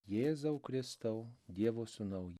jėzau kristau dievo sūnau